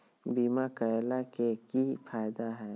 बीमा करैला के की फायदा है?